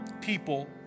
people